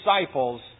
disciples